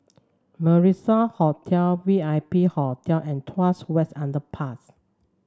Marrison Hotel V I P Hotel and Tuas West Underpass